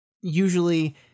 usually